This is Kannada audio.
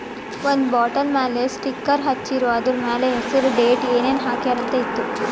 ಒಂದ್ ಬಾಟಲ್ ಮ್ಯಾಲ ಸ್ಟಿಕ್ಕರ್ ಹಚ್ಚಿರು, ಅದುರ್ ಮ್ಯಾಲ ಹೆಸರ್, ಡೇಟ್, ಏನೇನ್ ಹಾಕ್ಯಾರ ಅಂತ್ ಇತ್ತು